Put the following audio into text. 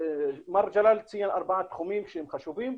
מר ג'לאל ציין ארבעה תחומים שהם חשובים,